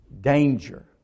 danger